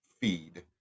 feed